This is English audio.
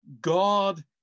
God